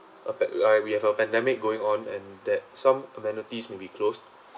a pande~ uh we have a pandemic going on and that some amenities will be closed